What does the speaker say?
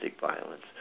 violence